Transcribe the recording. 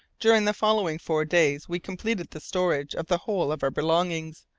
during the following four days, we completed the storage of the whole of our belongings,